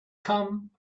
come